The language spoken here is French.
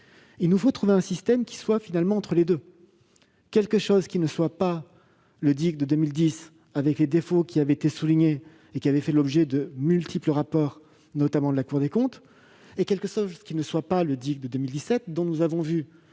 Il nous faut trouver un système qui soit finalement entre les deux : un dispositif qui ne soit pas le DIC de 2010 avec les défauts, qui avaient été décrits et avaient fait l'objet de multiples rapports, notamment de la Cour des comptes, et un dispositif qui ne soit pas le DIC de 2017, dont nous avons vu